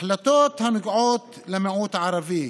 החלטות הנוגעות למיעוט הערבי,